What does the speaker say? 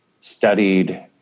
studied